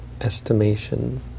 estimation